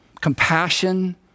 compassion